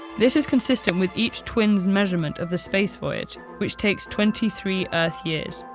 this is consistent with each twin's measurement of the space voyage, which takes twenty three earth years,